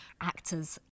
actors